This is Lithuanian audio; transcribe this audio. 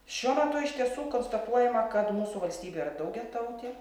šiuo metu iš tiesų konstatuojama kad mūsų valstybė yra daugiatautė